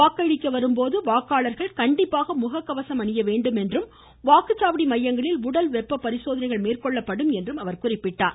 வாக்களிக்க வரும்போது வாக்காளர்கள் கண்டிப்பாக முககவசம் அணிய வேண்டும் என்றும் வாக்குச்சாவடி மையங்களில் உடல் வெப்ப பரிசோதனை மேற்கொள்ளப்படும் என்றும் குறிப்பிட்டார்